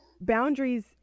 boundaries